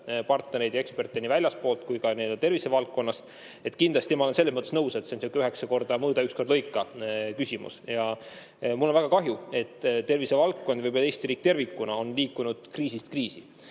partnereid ja eksperte nii väljastpoolt kui ka tervisevaldkonnast. Kindlasti ma olen selles mõttes nõus, et see on sihuke üheksa-korda-mõõda-üks-kord-lõika-küsimus. Mul on väga kahju, et tervisevaldkond ja, võib öelda, Eesti riik tervikuna on liikunud kriisist kriisi.